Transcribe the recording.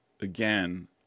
again